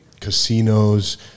casinos